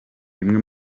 bimwe